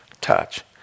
touch